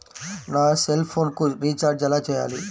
నా సెల్ఫోన్కు రీచార్జ్ ఎలా చేయాలి?